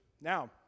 Now